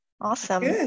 awesome